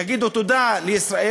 יגידו תודה לישראל.